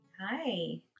Hi